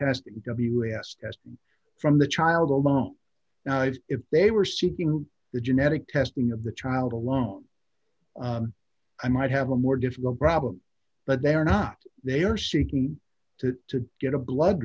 sequencing testing from the child alone now of if they were seeking the genetic testing of the child alone i might have a more difficult problem but they are not they are seeking to get a blood